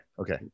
okay